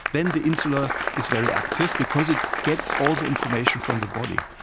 then the insular is very active because it gets all the information from the body.